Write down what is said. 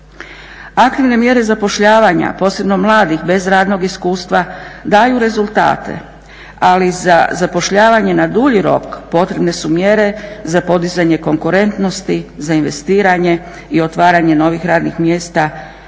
Aktivne mjere zapošljavanja, posebno mladih bez radnog iskustva daju rezultate, ali za zapošljavanje na dulji rok potrebne su mjere za podizanje konkurentnosti, za investiranje i otvaranje novih radnih mjesta